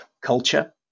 culture